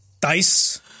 Dice